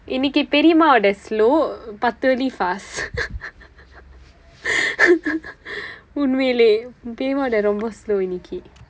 இன்னைக்கு பெரியம்மாவுடைய:innaikku periyammaavudaiya slow பத்து வெள்ளி:paththu velli fast உண்மையிலே பெரியம்மாவுடைய ரொம்ப:unmayilee periyammaavudaiya rompa slow இன்றைக்கு:inraikku